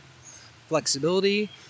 flexibility